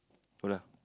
no lah